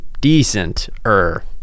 decent-er